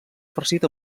farcit